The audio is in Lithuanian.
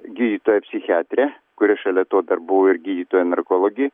gydytoja psichiatre kuri šalia to dar buvo ir gydytoja narkologė